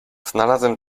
znalazłem